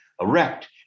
erect